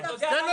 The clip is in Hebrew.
לכן,